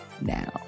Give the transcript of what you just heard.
now